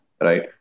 right